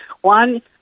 One